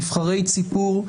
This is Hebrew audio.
נבחרי ציבור,